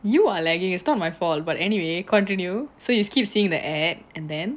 you are lagging it's not my fault but anyway continue so you keep seeing the ad and then